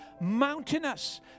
mountainous